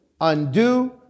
undo